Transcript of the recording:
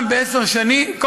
בעשר שנים,